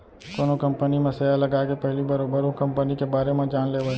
कोनो कंपनी म सेयर लगाए के पहिली बरोबर ओ कंपनी के बारे म जान लेवय